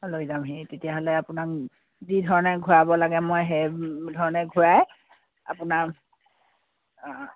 লৈ যাম সি তেতিয়াহ'লে আপোনাক যি ধৰণে ঘূৰাব লাগে মই সেই ধৰণে ঘূৰাই আপোনাৰ